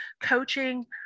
coaching